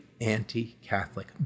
anti-Catholic